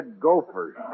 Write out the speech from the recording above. gophers